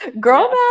girl